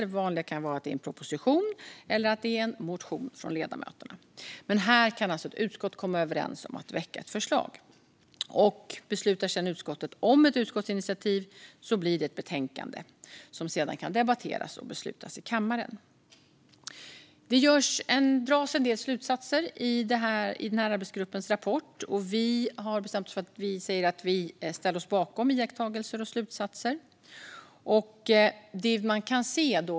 Det vanliga kan vara en proposition eller en motion från ledamöterna. Men här kan ett utskott alltså komma överens om att väcka ett förslag. Om utskottet sedan beslutar om att föreslå ett utskottsinitiativ blir det ett betänkande, som sedan kan debatteras och beslutas om i kammaren. Det dras en del slutsatser i arbetsgruppens rapport. Vi har bestämt oss för att ställa oss bakom iakttagelserna och slutsatserna.